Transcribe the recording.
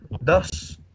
Thus